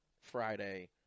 Friday